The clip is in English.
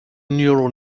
neural